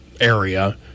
area